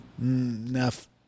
enough